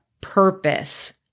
purpose